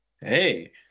Hey